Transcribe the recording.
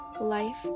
Life